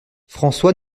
françois